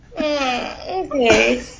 Okay